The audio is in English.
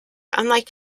unlike